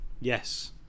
yes